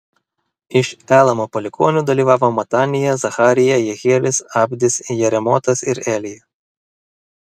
iš elamo palikuonių dalyvavo matanija zacharija jehielis abdis jeremotas ir elija